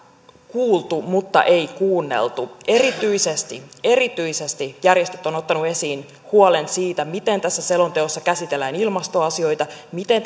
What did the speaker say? kuultu mutta ei kuunneltu erityisesti erityisesti järjestöt ovat ottaneet esiin huolen siitä miten tässä selonteossa käsitellään ilmastoasioita miten